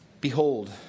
Behold